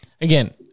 again